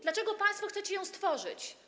Dlaczego państwo chcecie ją stworzyć?